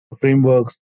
frameworks